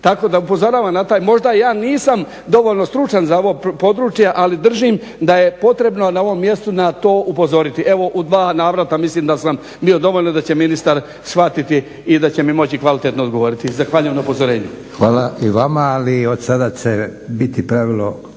Tako da upozoravam na taj, možda ja nisam dovoljno stručan za ovo područje, ali držim da je potrebno na ovom mjestu na to upozoriti. Evo, u dva navrata mislim da sam bio dovoljno i da će ministar shvatiti i da će mi moći kvalitetno odgovoriti. Zahvaljujem na upozorenju.